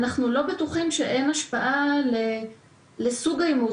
אנחנו לא בטוחים שאין השפעה לסוג ההימור,